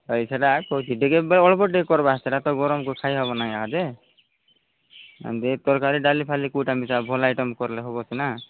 ହେଇ ସେଇଟା କହୁଛି ଟିକେ ଅଳ୍ପ ଟିକେ କରବା ସେଇଟା ତ ଗରମକୁ ଖାଇ ହବ ନାହିଁ ଆବ ଯେ ଦୁଇ ପ୍ରକାର ଡାଲି ଫାଲି କେଉଁଟା ମିଶା ଭଲ ଆଇଟମ୍ କରିଲେ ହବ ସିନା